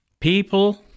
People